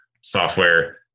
software